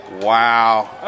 Wow